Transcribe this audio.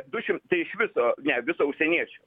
du šim tai iš viso ne viso užsieniečių